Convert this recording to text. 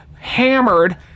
hammered